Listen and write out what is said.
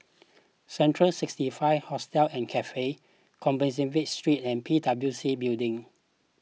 Central sixty five Hostel and Cafe Compassvale Street and P W C Building